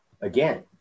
again